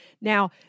Now